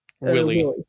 Willie